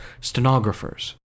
stenographers